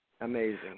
amazing